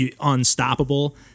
unstoppable